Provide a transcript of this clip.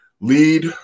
Lead